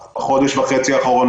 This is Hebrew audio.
אנחנו בחודש וחצי האחרון,